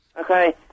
Okay